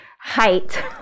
height